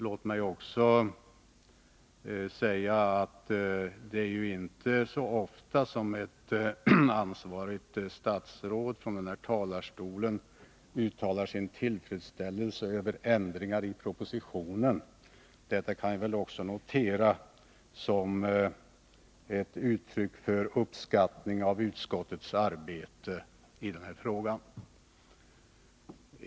Låt mig också säga att det inte är så ofta som ett ansvarigt statsråd från den här talarstolen uttalar sin tillfredsställelse över ändringar i propositionen. Att detta nu skett kan jag väl också notera som ett uttryck för uppskattning av utskottets arbete i den här frågan.